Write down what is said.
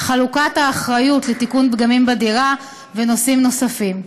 חלוקת האחריות לתיקון פגמים בדירה ונושאים נוספים.